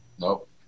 Nope